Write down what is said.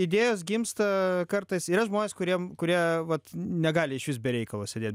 idėjos gimsta kartais yra žmonės kuriem kurie vat negali išvis be reikalo sėdėt